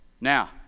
Now